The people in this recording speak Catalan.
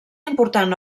important